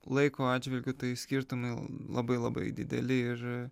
laiko atžvilgiu tai skirtumai labai labai dideli ir